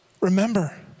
Remember